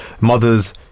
Mothers